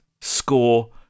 score